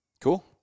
Cool